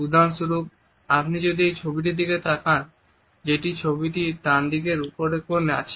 উদাহরণস্বরূপ আপনি যদি এই ছবিটির দিকে তাকান যেটি ডানদিকের উপরের কোণে আছে